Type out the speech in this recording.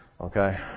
Okay